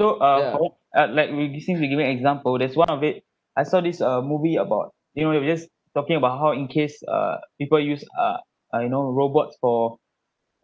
so uh I hope uh like we since we giving me example there's one of it I saw this uh movie about you know if you just talking about how in case uh people use uh uh you know robots for